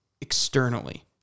externally